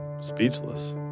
speechless